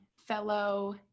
fellow